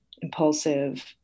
impulsive